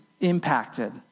impacted